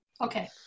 Okay